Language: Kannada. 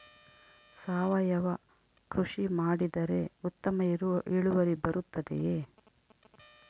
ಸಾವಯುವ ಕೃಷಿ ಮಾಡಿದರೆ ಉತ್ತಮ ಇಳುವರಿ ಬರುತ್ತದೆಯೇ?